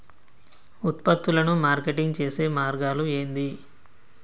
ఉత్పత్తులను మార్కెటింగ్ చేసే మార్గాలు ఏంది?